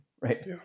right